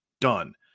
Done